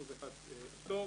1% פטור.